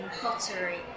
pottery